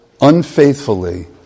unfaithfully